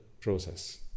process